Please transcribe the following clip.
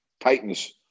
Titans